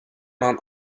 mount